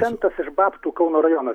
centas iš babtų kauno rajonas